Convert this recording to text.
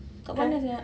kat mana sia